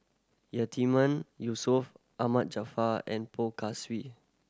Yatiman Yusof Ahmad Jaafar and Poh Swee